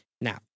Now